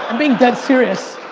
being dead serious.